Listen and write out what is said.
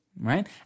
right